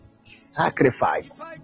sacrifice